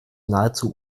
nahezu